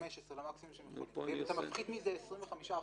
מפחית מזה 25%,